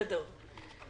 בסדר,